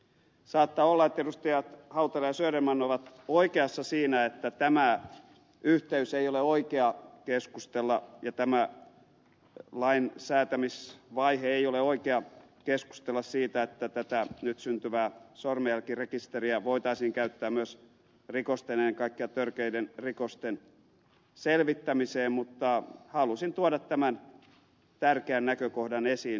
saattaa olla että edustajat hautala ja söderman ovat oikeassa siinä että tämä ei ole oikea yhteys keskustella ja tämä lainsäätämisvaihe ei ole oikea vaihe keskustella siitä että tätä nyt syntyvää sormenjälkirekisteriä voitaisiin käyttää myös rikosten ennen kaikkea törkeiden rikosten selvittämiseen mutta halusin tuoda tämän tärkeän näkökohdan esiin